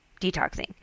detoxing